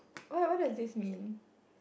what what are this mean